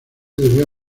debió